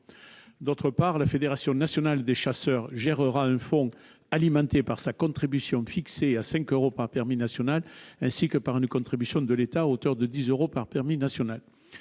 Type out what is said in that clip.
d'autre part, la Fédération nationale des chasseurs gérera un fonds alimenté par sa contribution fixée à 5 euros par permis national, ainsi que par une contribution de l'État à hauteur de 10 euros par permis national.